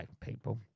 people